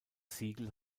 siegel